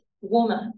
woman